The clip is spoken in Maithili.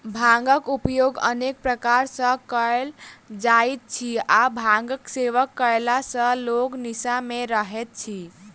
भांगक उपयोग अनेक प्रकार सॅ कयल जाइत अछि आ भांगक सेवन कयला सॅ लोक निसा मे रहैत अछि